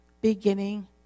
beginning